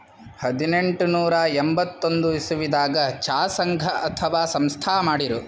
ಹದನೆಂಟನೂರಾ ಎಂಬತ್ತೊಂದ್ ಇಸವಿದಾಗ್ ಚಾ ಸಂಘ ಅಥವಾ ಸಂಸ್ಥಾ ಮಾಡಿರು